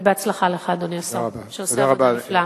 ובהצלחה לך, אדוני השר, שעושה עבודה נפלאה.